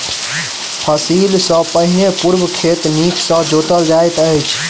फसिल सॅ पहिने पूर्ण खेत नीक सॅ जोतल जाइत अछि